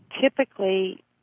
typically